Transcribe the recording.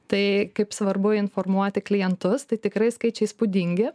tai kaip svarbu informuoti klientus tai tikrai skaičiai įspūdingi